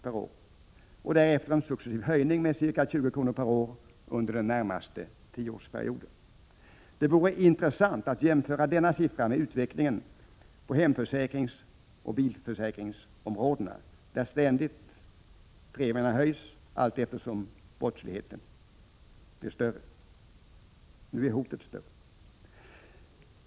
per år och därefter en successiv höjning med ca 20 kr. per år under den närmaste tioårsperioden. Det vore intressant att jämföra denna siffra med utvecklingen på hemförsäkringsoch bilförsäkringsområdet. Där höjs premierna ständigt allteftersom brottsligheten ökar. Nu har hotet ökat.